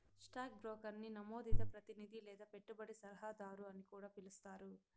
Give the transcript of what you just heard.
stock బ్రోకర్ని నమోదిత ప్రతినిది లేదా పెట్టుబడి సలహాదారు అని కూడా పిలిస్తారు